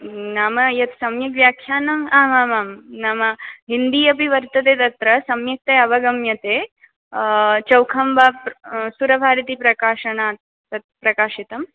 नाम यत्सम्यग्व्याख्यानम् आमामां नाम हिन्दी अपि वर्तते तत्र सम्यक्तया अवगम्यते चौखम्बा सुरभारतीप्रकाशन तत् प्रकाशितं